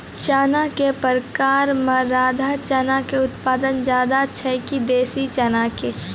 चना के प्रकार मे राधा चना के उत्पादन ज्यादा छै कि देसी चना के?